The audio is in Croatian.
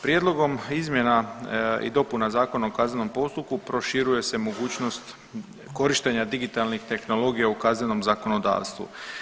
Prijedlogom izmjena i dopuna Zakona o kaznenom postupku proširuje se mogućnost korištenja digitalnih tehnologija u kaznenom zakonodavstvu.